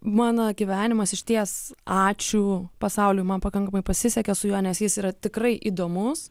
mano gyvenimas išties ačiū pasauliui man pakankamai pasisekė su juo nes jis yra tikrai įdomus